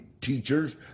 teachers